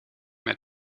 met